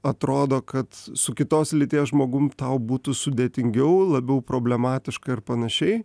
atrodo kad su kitos lyties žmogum tau būtų sudėtingiau labiau problematiška ir panašiai